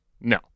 No